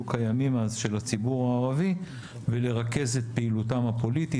קיימים אז של הציבור הערבי ולרכז את פעילותם הפוליטית,